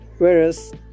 Whereas